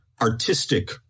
artistic